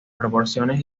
proporciones